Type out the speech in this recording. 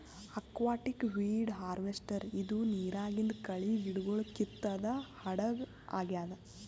aquatic weed harvester ಇದು ನಿರಾಗಿಂದ್ ಕಳಿ ಗಿಡಗೊಳ್ ಕಿತ್ತದ್ ಹಡಗ್ ಆಗ್ಯಾದ್